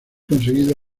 conseguido